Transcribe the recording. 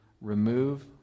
remove